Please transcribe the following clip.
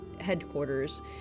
headquarters